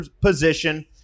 position